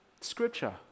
Scripture